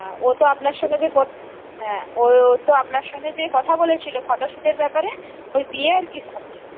হ্যাঁ ও তো আপনার সঙ্গে গিয়ে হ্যাঁ ও তো আপনার সঙ্গে গিয়ে কথা বলেছিল ফটো শ্যুটের ব্যাপারে ওর বিয়ে আর কি